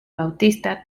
bautista